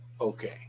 Okay